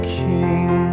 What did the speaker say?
king